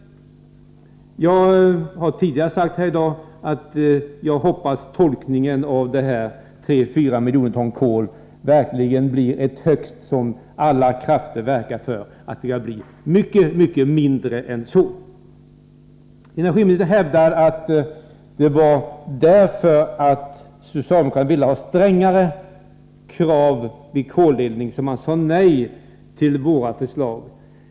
Jag har tidigare i dag sagt att jag hoppas att 3-4 miljoner ton kol verkligen skall betraktas som ett högstvärde och att alla krafter skall verka för att kolanvändningen blir mycket lägre. Energiministern hävdar att det var därför att socialdemokraterna ville ha strängare krav vid koleldning som man sade nej till våra förslag.